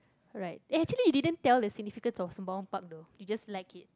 right eh actually you didn't tell the significant of Sembawang Park though you just like it